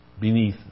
beneath